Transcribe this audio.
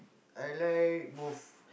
I like both